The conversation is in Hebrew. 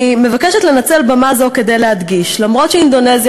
אני מבקשת לנצל במה זו כדי להדגיש: אף שאינדונזיה,